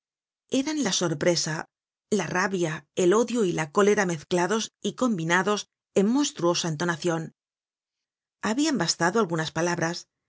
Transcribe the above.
eran la sorpresa la rabia el odio y la cólera mezclados y combinados en monstruosa entonacion habian bastado algunas palabras